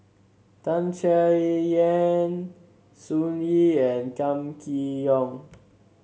Tan Chay Yan Sun Yee and Kam Kee Yong